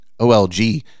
OLG